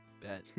Bet